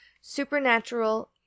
Supernatural